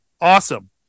Awesome